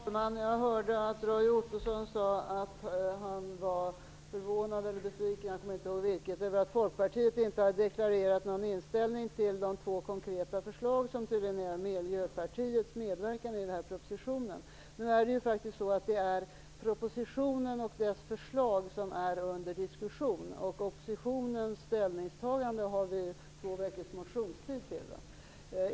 Fru talman! Jag hörde att Roy Ottosson sade att han var förvånad eller besviken, jag kommer inte ihåg vilket, över att Folkpartiet inte hade deklarerat någon inställning till de två konkreta förslag som tydligen är Miljöpartiets medverkan i den här propositionen. Men det är faktiskt propositionen och dess förslag som är under diskussion. Oppositionens ställningstagande har vi två veckors motionstid till.